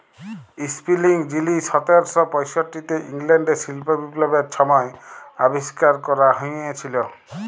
spinning যিলি সতের শ পয়ষট্টিতে ইংল্যাল্ডে শিল্প বিপ্লবের ছময় আবিষ্কার ক্যরা হঁইয়েছিল